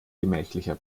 gemächlicher